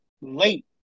late